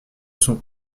sont